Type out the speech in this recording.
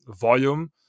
volume